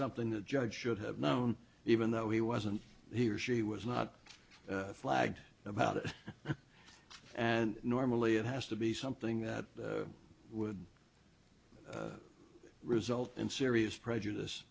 something the judge should have known even though he wasn't he or she was not flagged about it and normally it has to be something that would result in serious prejudice